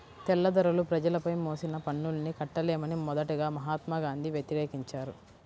తెల్లదొరలు ప్రజలపై మోపిన పన్నుల్ని కట్టలేమని మొదటగా మహాత్మా గాంధీ వ్యతిరేకించారు